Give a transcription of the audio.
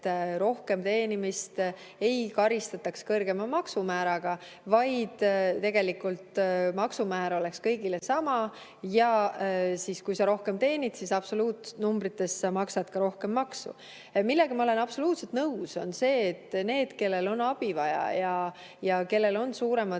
rohkem teenimist ei karistataks kõrgema maksumääraga, vaid maksumäär oleks kõigile sama, ja kui sa rohkem teenid, siis absoluutnumbrites sa maksad ka rohkem maksu. Ma olen absoluutselt nõus, et neid, kellel on abi vaja ja kellel on suuremad